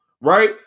right